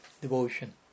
devotion